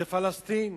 זה פלסטין.